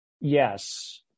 Yes